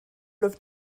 läuft